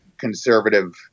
Conservative